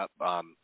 up –